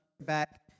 back